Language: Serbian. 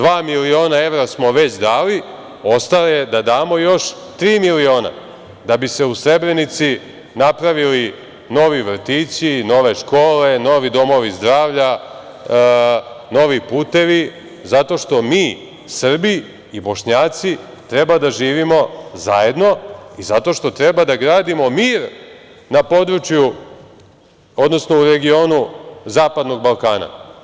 Dva miliona evra smo već dali, ostalo je da damo još tri miliona da bi se u Srebrenici napravili novi vrtići, nove škole, novi domovi zdravlja, novi putevi, zato što mi Srbi i Bošnjaci treba da živimo zajedno i zato što treba da gradimo mir na području, odnosno u regionu zapadnog Balkana.